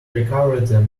recovered